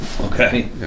Okay